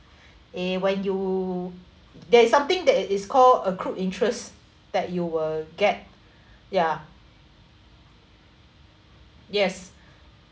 eh when you there is something that is called accrued interest that you will get ya yes